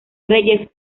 reyes